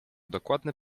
dokładny